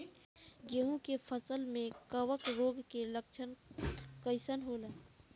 गेहूं के फसल में कवक रोग के लक्षण कइसन होला?